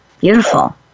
Beautiful